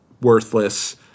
worthless